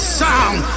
sound